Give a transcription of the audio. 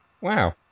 Wow